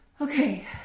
Okay